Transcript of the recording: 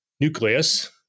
nucleus